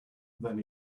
then